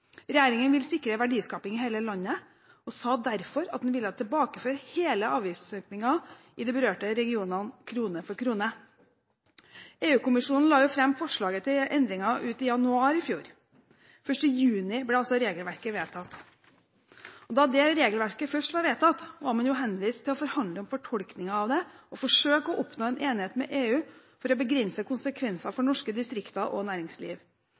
Regjeringen vil sikre verdiskaping i hele landet og sa derfor at den ville tilbakeføre hele avgiftsøkningen i de berørte regionene krone for krone. EU-kommisjonen la fram forslaget til endringer i januar i fjor. Først i juni ble regelverket vedtatt. Da dette regelverket først var vedtatt, var man henvist til å forhandle om fortolkningen av det og forsøke å oppnå en enighet med EU for å begrense konsekvensene for norske distrikter og norsk næringsliv.